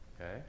Okay